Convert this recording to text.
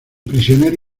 prisionero